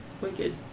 Wicked